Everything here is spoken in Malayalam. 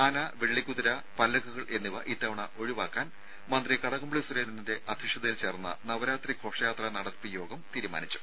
ആന വെള്ളിക്കുതിര പല്ലക്കുകൾ എന്നിവ ഇത്തവണ ഒഴിവാക്കാൻ മന്ത്രി കടകംപള്ളി സുരേന്ദ്രന്റെ അധ്യക്ഷതയിൽ ചേർന്ന നവരാത്രി ഘോഷയാത്ര നടത്തിപ്പ് യോഗം തീരുമാനിച്ചു